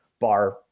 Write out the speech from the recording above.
bar